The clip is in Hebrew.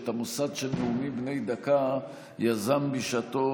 שאת המוסד של נאומים בני דקה יזם בשעתו